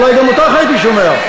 אולי גם אותך הייתי שומע.